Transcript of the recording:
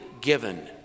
given